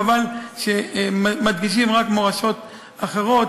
חבל שמדגישים רק מורשות אחרות,